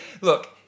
Look